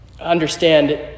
understand